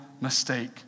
mistake